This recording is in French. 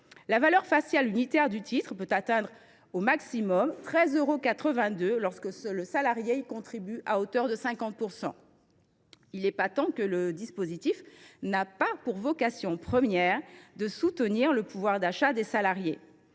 La valeur faciale unitaire du titre peut atteindre au maximum 13,82 euros, lorsque le salarié y contribue à hauteur de 50 %. Il est patent que le dispositif n’a pas pour vocation première de soutenir le pouvoir d’achat des salariés.